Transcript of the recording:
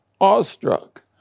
awestruck